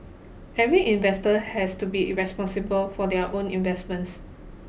every investor has to be irresponsible for their own investments